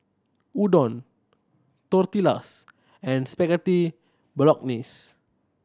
Udon Tortillas and Spaghetti Bolognese